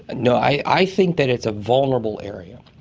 no, i think that it's a vulnerable area.